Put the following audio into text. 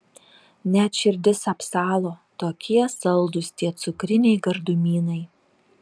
net širdis apsalo tokie saldūs tie cukriniai gardumynai